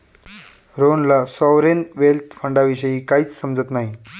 रोहनला sovereign wealth फंडाविषयी काहीच समजत नाही